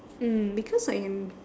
mm because I am